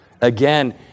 again